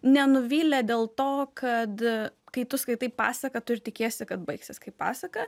nenuvylė dėl to kad kai tu skaitai pasaką tu ir tikiesi kad baigsis kaip pasaka